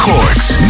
Cork's